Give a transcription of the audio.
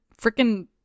freaking